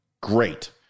Great